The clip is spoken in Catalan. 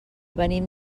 venim